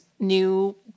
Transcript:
New